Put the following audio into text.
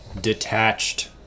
detached